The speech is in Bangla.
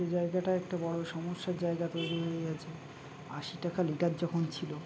সেই জায়গাটা একটা বড়ো সমস্যার জায়গা তৈরি হয়ে গেছে আশি টাকা লিটার যখন ছিল